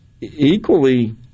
equally